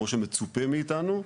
כמו שמצופה מאיתנו,